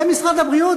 זה משרד הבריאות.